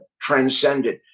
transcended